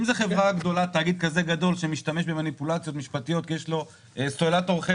רק בדין הכללי הוא הרבה יותר מצומצם ממה שמופיע כאן מבחינת על מי יחול.